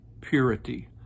purity